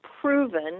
proven